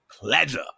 pleasure